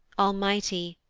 almighty,